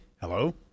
Hello